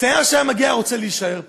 תייר שהיה מגיע היה רוצה להישאר פה.